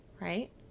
right